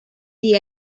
día